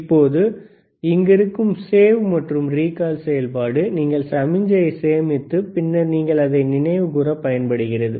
இப்போது இங்கு இருக்கும் சேவ் மற்றும் ரீகால் செயல்பாடு நீங்கள் சமிக்ஞையை சேமித்து பின்னர் நீங்கள் அதை நினைவுகூர பயன்படுகிறது